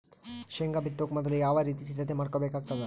ಶೇಂಗಾ ಬಿತ್ತೊಕ ಮೊದಲು ಯಾವ ರೀತಿ ಸಿದ್ಧತೆ ಮಾಡ್ಬೇಕಾಗತದ?